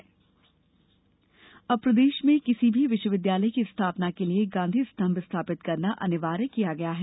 गांधी स्तंभ अब प्रदेश में किसी भी विश्वविद्यालय की स्थापना के लिए गांधी स्तंभ स्थापित करना अनिवार्य किया गया है